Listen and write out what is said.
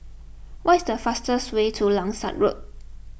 what is the fastest way to Langsat Road